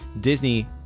Disney